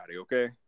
okay